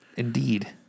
Indeed